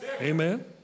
Amen